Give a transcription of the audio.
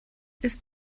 ist